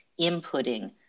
inputting